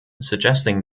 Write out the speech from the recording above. suggesting